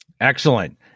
Excellent